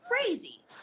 crazy